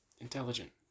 intelligent